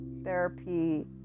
therapy